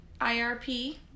IRP